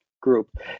group